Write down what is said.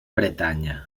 bretanya